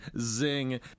Zing